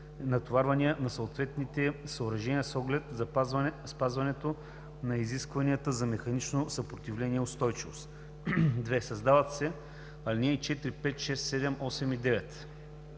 натоварвания на съответните съоръжения, с оглед спазването на изискванията за механично съпротивление и устойчивост.“ 2. Създават се алинеи 4, 5, 6, 7, 8 и 9: